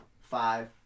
five